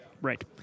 Right